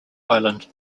island